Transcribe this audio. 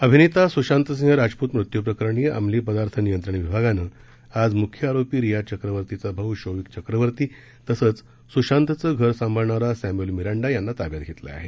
अभिनेता स्शांतसिंह राजपूत मृत्यूप्रकरणी अंमली पदार्थ नियंत्रण विभागानं आज मुख्य आरोपी रिया चक्रवर्तीचा भाऊ शोविक चक्रवर्ती तसंच स्शांतचं घर सांभाळणारा सॅम्युअल मिरांडा यांना ताब्यात घेतलं आहे